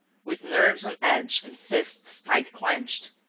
with nerves on edge and fists tight-clenched,